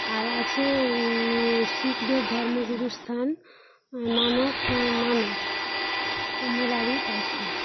আর আছে শিখদের ধর্মগুরুর স্থান নানক নানক আমার বাড়ির পাশেই